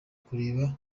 kureba